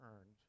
earned